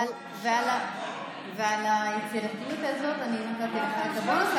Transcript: על היצירתיות הזו נתתי לך את הבונוס,